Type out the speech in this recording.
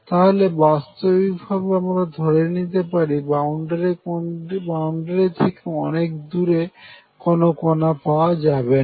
তাহলে বাস্তবিক ভাবে আমরা ধরে নিতে পারি বাউন্ডারি থেকে অনেক দূরে কোন কনা পাওয়া যাবে না